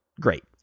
great